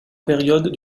période